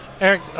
Eric